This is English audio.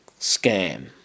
scam